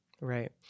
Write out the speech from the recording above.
Right